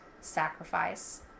sacrifice